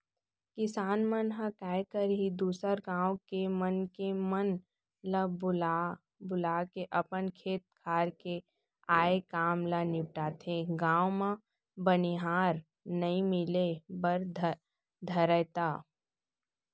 किसान मन ह काय करही दूसर गाँव के मनखे मन ल बुला बुलाके अपन खेत खार के आय काम ल निपटाथे, गाँव म बनिहार नइ मिले बर धरय त